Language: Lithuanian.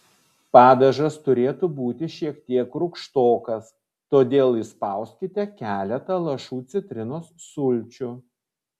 padažas turėtų būti šiek tiek rūgštokas todėl įspauskite keletą lašų citrinos sulčių